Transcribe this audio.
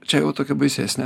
čia jau tokia baisesnė